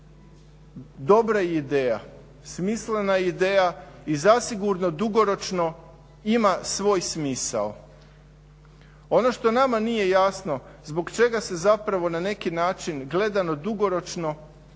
dobra je ideja, smislena je ideja i zasigurno dugoročno ima svoj smisao. Ono što nama nije jasno zbog čega se zapravo na neki način gleda na dugoročno